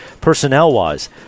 personnel-wise